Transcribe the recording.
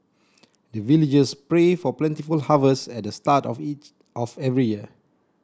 the villagers pray for plentiful harvest at the start of each of every year